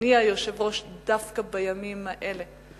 אדוני היושב-ראש, דווקא בימים האלה,